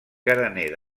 carener